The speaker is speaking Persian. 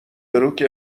بروک